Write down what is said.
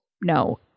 No